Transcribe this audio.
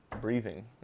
breathing